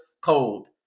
cold